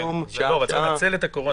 צריך לנצל את הקורונה.